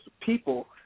people